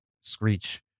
screech